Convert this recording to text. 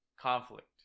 conflict